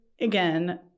again